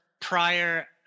prior